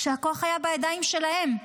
כשהכוח היה בידיים שלהם.